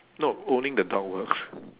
no owning the dog works